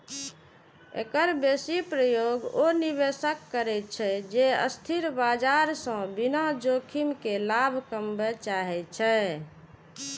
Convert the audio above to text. एकर बेसी प्रयोग ओ निवेशक करै छै, जे अस्थिर बाजार सं बिना जोखिम के लाभ कमबय चाहै छै